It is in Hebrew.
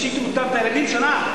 הפשיטו את הילדים שלה.